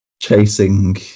chasing